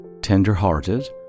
tender-hearted